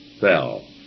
fell